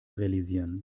realisieren